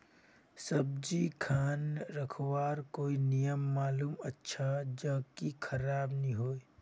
सब्जी खान रखवार कोई नियम मालूम अच्छा ज की खराब नि होय?